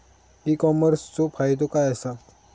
E कॉमर्सचो फायदो काय असा?